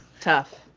Tough